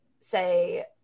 say